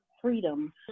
freedom